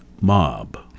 mob